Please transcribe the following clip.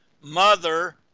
Mother